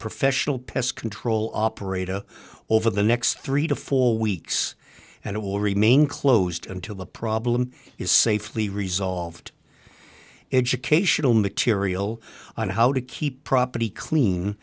professional pest control operator over the next three to four weeks and it will remain closed until the problem is safely resolved educational material on how to keep property clean